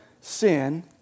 sin